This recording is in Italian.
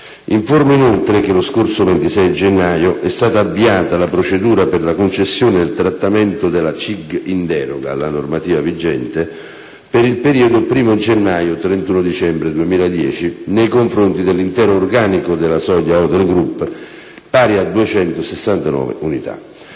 Informo inoltre che lo scorso 26 gennaio è stata avviata la procedura per la concessione del trattamento di CIG in deroga alla normativa vigente, per il periodo 1° gennaio-31 dicembre 2010, nei confronti dell'intero organico della Soglia Hotel Group (pari a 269 unità).